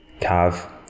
CAV